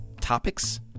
topics